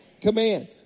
Command